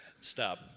Stop